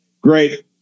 great